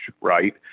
right